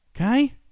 Okay